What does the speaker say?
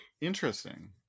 Interesting